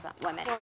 women